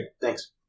Thanks